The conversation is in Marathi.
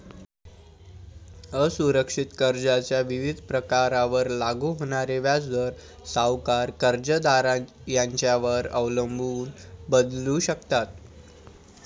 असुरक्षित कर्जाच्या विविध प्रकारांवर लागू होणारे व्याजदर सावकार, कर्जदार यांच्यावर अवलंबून बदलू शकतात